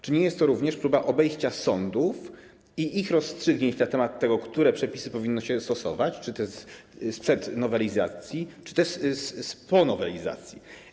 Czy nie jest to również próba obejścia sądów i ich rozstrzygnięć na temat tego, które przepisy powinno się stosować - czy te sprzed nowelizacji, czy te po nowelizacji?